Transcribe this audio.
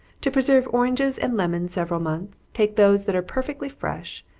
to preserve oranges and lemons several months, take those that are perfectly fresh,